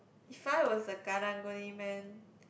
if I was a Karang-Guni man